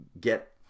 get